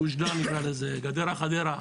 גוש דן נקרא לזה, גדרה חדרה,